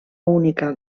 única